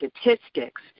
statistics